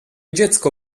dziecko